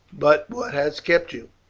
but what has kept you?